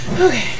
Okay